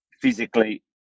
physically